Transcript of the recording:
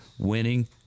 Winning